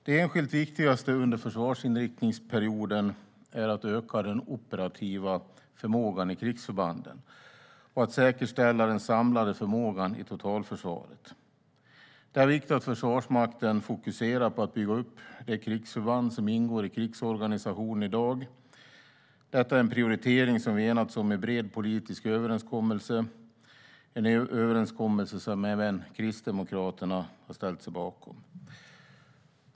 Det enskilt viktigaste under försvarsinriktningsperioden är att öka den operativa förmågan i krigsförbanden och att säkerställa den samlade förmågan i totalförsvaret. Det är av vikt att Försvarsmakten fokuserar på att bygga upp de krigsförband som ingår i krigsorganisationen i dag. Detta är en prioritering som vi enats om i en bred politisk överenskommelse - en överenskommelse som även Kristdemokraterna har ställt sig bakom.